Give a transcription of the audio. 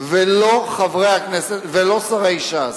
ולא שרי ש"ס.